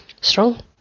strong